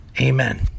Amen